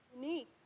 unique